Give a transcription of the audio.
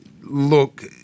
Look